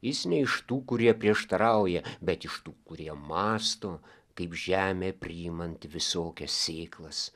jis ne iš tų kurie prieštarauja bet iš tų kurie mąsto kaip žemė priimant visokias sėklas